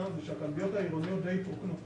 זה שהכלביות העירוניות די התרוקנו.